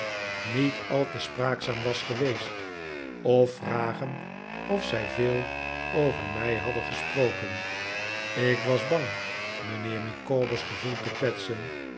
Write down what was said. niet al te spraakzaam was geweest of vragen of zij veel over mij hadden gesproken ik was bang mijnheer micawber's gevoel te kwetsen